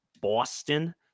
Boston